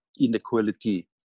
inequality